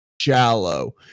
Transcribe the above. shallow